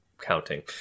counting